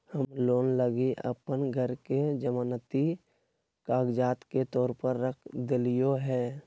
हम लोन लगी अप्पन घर के जमानती कागजात के तौर पर रख देलिओ हें